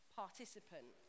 participant